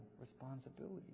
responsibility